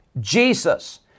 Jesus